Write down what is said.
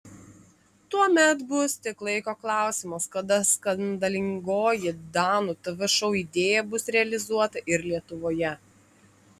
tuomet bus tik laiko klausimas kada skandalingoji danų tv šou idėja bus realizuota ir lietuvoje